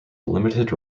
limited